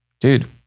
dude